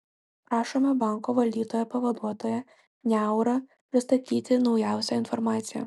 prašome banko valdytojo pavaduotoją niaurą pristatyti naujausią informaciją